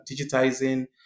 digitizing